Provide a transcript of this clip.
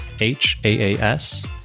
H-A-A-S